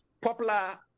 popular